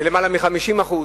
מ-50%.